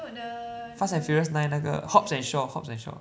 fast and furious nine 那个 Hobbs and Shaw Hobbs and Shaw